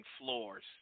Floors